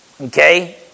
Okay